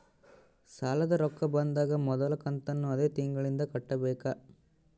ಸಾಲದ ರೊಕ್ಕ ಬಂದಾಗ ಮೊದಲ ಕಂತನ್ನು ಅದೇ ತಿಂಗಳಿಂದ ಕಟ್ಟಬೇಕಾ?